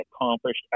accomplished